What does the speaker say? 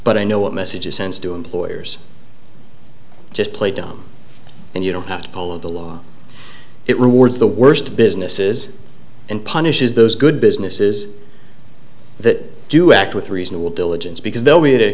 but i know what message it sends do employers just play dumb and you don't have to follow the law it rewards the worst businesses and punishes those good businesses that do act with reasonable diligence because they'll be a